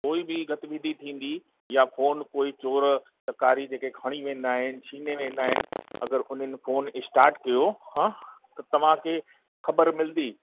कोई बि गतिविधि थींदी या फ़ोन कोई चोर चकारी जेके खणी वेंदा आहिनि छिने वेंदा आहिनि अगरि उन्हनि फ़ोन स्टाट कयो हा त तव्हांखे ख़बर मिलंदी